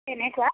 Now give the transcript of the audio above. তেনেকুৱা